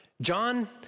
John